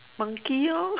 monkey lor